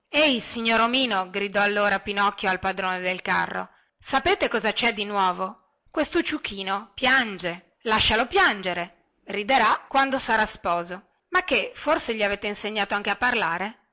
ehi signor omino gridò allora pinocchio al padrone del carro sapete che cosa cè di nuovo questo ciuchino piange lascialo piangere riderà quando sarà sposo ma che forse gli avete insegnato anche a parlare